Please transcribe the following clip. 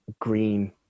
Green